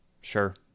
Sure